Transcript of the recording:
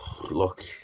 Look